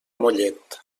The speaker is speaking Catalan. mollet